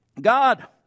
God